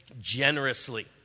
generously